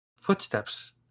footsteps